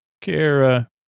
Kara